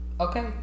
Okay